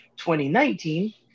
2019